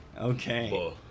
Okay